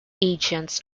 agents